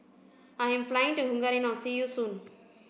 I am flying to Hungary now see you soon